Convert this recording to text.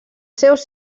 seus